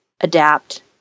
adapt